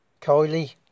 Kylie